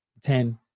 ten